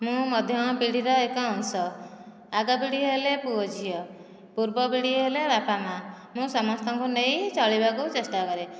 ମୁଁ ମଧ୍ୟମ ପିଢ଼ୀର ଏକ ଅଂଶ ଆଗ ପିଢ଼ୀ ହେଲେ ପୁଅ ଝିଅ ପୂର୍ବ ପିଢ଼ୀ ହେଲେ ବାପା ମାଆ ମୁଁ ସମସ୍ତଙ୍କୁ ନେଇ ଚଳିବାକୁ ଚେଷ୍ଟା କରେ